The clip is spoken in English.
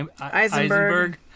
Eisenberg